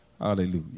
Hallelujah